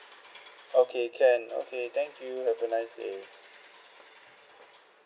okay can okay thank you have a nice day